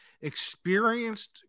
experienced